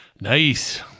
Nice